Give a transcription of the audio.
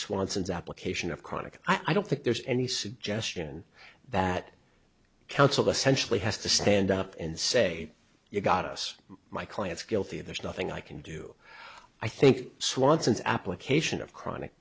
swanson's application of chronic i don't think there's any suggestion that counselor sensually has to stand up and say you got us my clients guilty there's nothing i can do i think swanson's application of chronic